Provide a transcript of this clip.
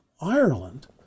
Ireland